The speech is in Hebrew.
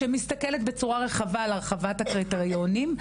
שמסתכלת בצורה רחבה על הרחבת הקריטריונים,